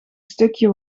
stukje